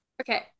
Okay